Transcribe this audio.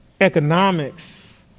economics